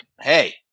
hey